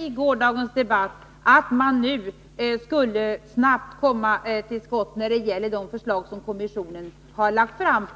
i gårdagens debatt krävde var att man nu snabbt skulle komma till 45 skott när det gäller de förslag som kommissionen har lagt fram.